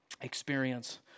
experience